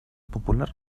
popular